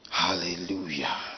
Hallelujah